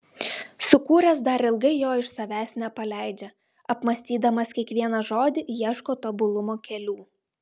sukūręs dar ilgai jo iš savęs nepaleidžia apmąstydamas kiekvieną žodį ieško tobulumo kelių